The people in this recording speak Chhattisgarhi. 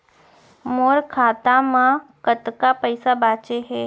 मोर खाता मा कतका पइसा बांचे हे?